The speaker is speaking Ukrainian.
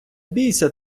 бійся